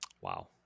Wow